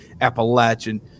Appalachian